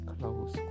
close